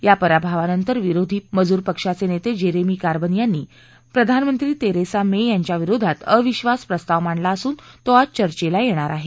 या पराभवनानंतर विरोधी मजुर पक्षाचे नेते जेरेमी कार्बन यांनी प्रधानमंत्री तेरेसा मे यांच्याविरोधात अविधास प्रस्ताव मांडला असून तो आज चर्चेला येणार आहे